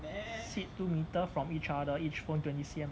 sit two metre from each other each phone twenty C_M